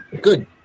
good